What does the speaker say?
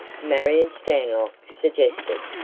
marion stanlock suggested.